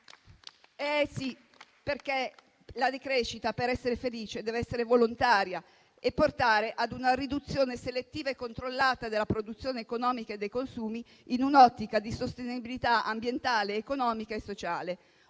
Eh sì, perché la decrescita, per essere felice, deve essere volontaria e portare a una riduzione selettiva e controllata della produzione economica e dei consumi, in un'ottica di sostenibilità ambientale, economica e sociale.